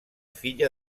filla